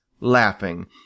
laughing